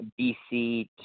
BC